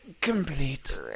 complete